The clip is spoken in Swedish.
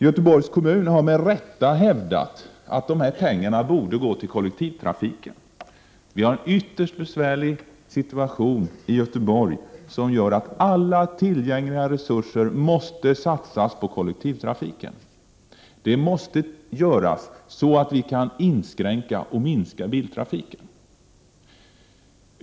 Göteborgs kommun har med rätta hävdat att dessa pengar borde gå till kollektivtrafiken. Situationen är ytterst besvärlig i Göteborg, och det gör att alla tillgängliga resurser måste satsas på kollektivtrafiken. Det måste göras, så att biltrafiken kan inskränkas och minskas.